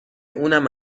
اونم